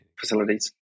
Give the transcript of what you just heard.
facilities